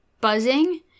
buzzing